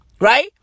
right